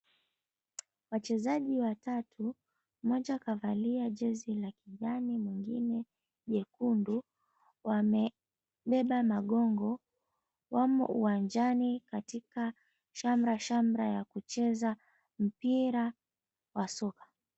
Wachezaji watatu mmoja kavalia jezi la kijani mwingine jekundu wamebeba magongo wamo uwanjani katika shamra shamra ya kucheza mpira wa soka.